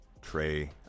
Trey